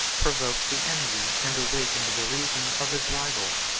provoked the envy, and awakened the reason, of his rivals.